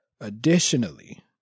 Additionally